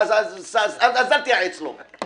אז אל תייעץ לו.